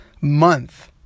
month